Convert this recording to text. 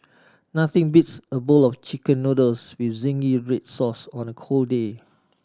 nothing beats a bowl of Chicken Noodles with zingy red sauce on a cold day